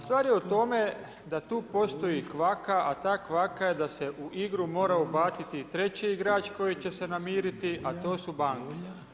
Stvar je u tome, da tu postoji kvaka, a ta kvaka je da se u igru mora ubaciti treći igrač koji će se umiriti, a to su banke.